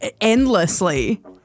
endlessly